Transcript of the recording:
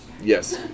Yes